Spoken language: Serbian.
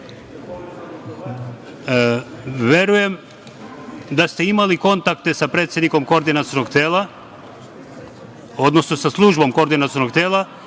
vlasti. Verujem da ste imali kontakte sa predsednikom Koordinacionog tela, odnosno sa službom Koordinacionog tela